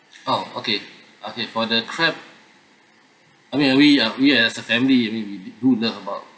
oh okay okay for the crab I mean we uh we as a family I mean we do love about